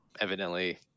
evidently